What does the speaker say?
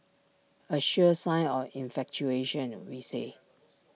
A sure sign of infatuation we say